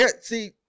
See